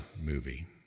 movie